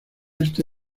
este